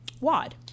wad